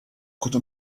could